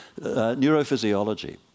neurophysiology